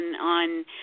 on